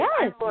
Yes